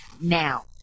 now